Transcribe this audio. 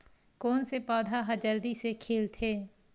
कोन से पौधा ह जल्दी से खिलथे?